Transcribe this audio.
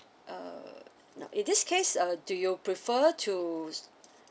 uh now in this case uh do you prefer to